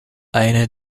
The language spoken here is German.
eine